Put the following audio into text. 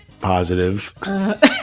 positive